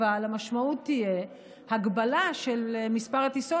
אבל המשמעות תהיה הגבלה של מספר הטיסות